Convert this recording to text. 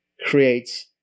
creates